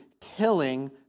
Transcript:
killing